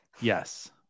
Yes